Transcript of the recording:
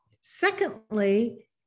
Secondly